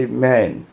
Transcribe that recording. Amen